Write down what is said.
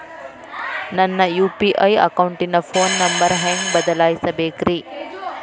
ನನ್ನ ಯು.ಪಿ.ಐ ಅಕೌಂಟಿನ phone number ಹೆಂಗ್ ಬದಲಾಯಿಸ ಬೇಕ್ರಿ?